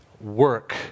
work